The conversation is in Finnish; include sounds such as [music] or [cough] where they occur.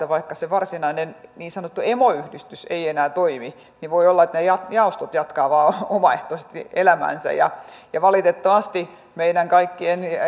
[unintelligible] vaikka se varsinainen niin sanottu emoyhdistys ei enää toimi niin voi olla että ne jaostot jatkavat vain omaehtoisesti elämäänsä ja ja valitettavasti meidän kaikkien